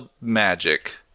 magic